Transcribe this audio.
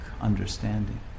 understanding